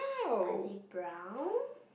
are they brown